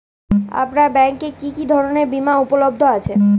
আপনার ব্যাঙ্ক এ কি কি ধরনের বিমা উপলব্ধ আছে?